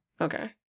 Okay